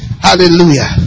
Hallelujah